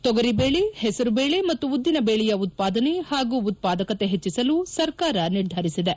ತೊಗರಿಬೇಳೆ ಹೆಸರುಬೇಳೆ ಮತ್ತು ಉದ್ದಿನಬೇಳೆಯ ಉತ್ವಾದನೆ ಮತ್ತು ಉತ್ಪಾದಕತೆ ಹೆಚ್ಚಿಸಲು ಸರ್ಕಾರ ನಿರ್ಧರಿಸಿದೆ